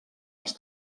els